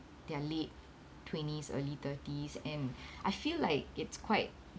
their late twenties early thirties and I feel like it's quite